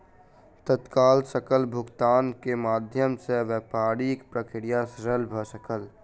तत्काल सकल भुगतान के माध्यम सॅ व्यापारिक प्रक्रिया सरल भ सकल